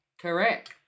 Correct